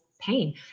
pain